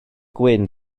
gwyn